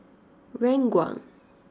Ranggung